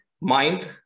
mind